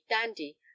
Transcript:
dandy